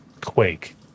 quake